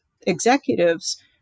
executives